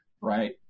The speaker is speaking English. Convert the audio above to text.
right